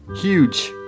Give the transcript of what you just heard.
huge